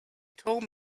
told